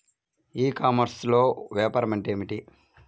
ఈ కామర్స్లో వ్యాపారం అంటే ఏమిటి?